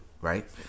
right